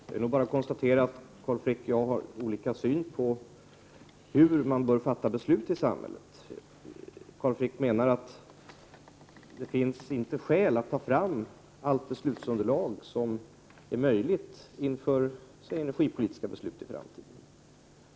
Herr talman! Låt mig bara konstatera att Carl Frick och jag har olika syn på hur man bör fatta beslut i samhället. Carl Frick menar att det inte finns skäl att ta fram allt beslutsunderlag som är möjligt inför t.ex. energipolitiska beslut i framtiden.